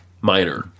minor